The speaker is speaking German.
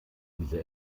diese